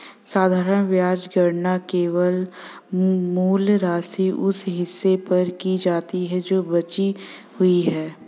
साधारण ब्याज गणना केवल मूल राशि, उस हिस्से पर की जाती है जो बची हुई है